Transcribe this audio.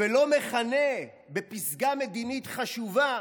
ולא מכנה בפסגה מדינית חשובה